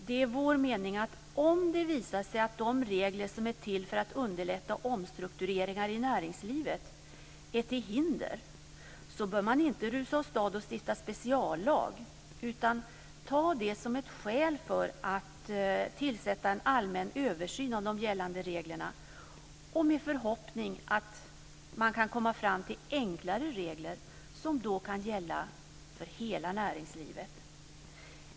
Det är vår mening att man, om det visar sig att de regler som är till för att underlätta omstruktureringar i näringslivet är till hinder, inte bör rusa åstad och stifta speciallag, utan man ska ta det som ett skäl för att tillsätta en allmän översyn av de gällande reglerna med förhoppning om att man kan komma fram till enklare regler som då kan gälla för hela näringslivet.